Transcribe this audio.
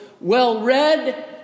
well-read